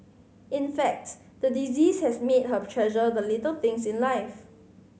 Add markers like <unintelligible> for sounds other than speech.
in fact the disease has made her <unintelligible> treasure the little things in life